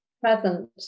present